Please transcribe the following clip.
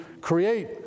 create